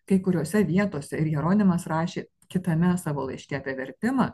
kai kuriose vietose ir jeronimas rašė kitame savo laiške apie vertimą